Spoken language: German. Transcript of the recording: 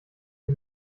die